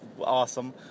awesome